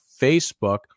Facebook